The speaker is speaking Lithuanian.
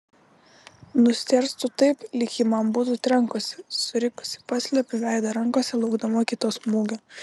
nustėrstu taip lyg ji man būtų trenkusi surikusi paslepiu veidą rankose laukdama kito smūgio